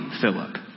Philip